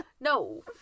no